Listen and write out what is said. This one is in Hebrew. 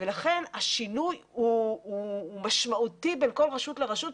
לכן השינוי הוא משמעותי בין כל רשות לרשות,